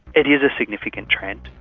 it is a significant trend,